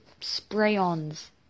spray-ons